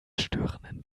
störenden